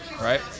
right